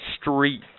street